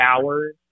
hours